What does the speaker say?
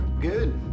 Good